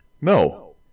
No